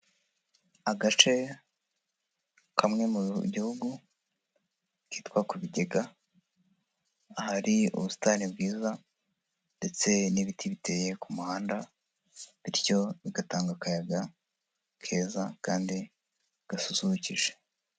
Agace kamwe mu gihugu, kitwa ku Bigega, ahari ubusitani bwiza ndetse n'ibiti biteye ku muhanda, bityo bigatanga akayaga keza kandi gasusurukije.